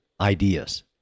ideas